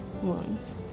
wounds